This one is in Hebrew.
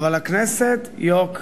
אבל הכנסת, יוק.